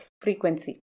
frequency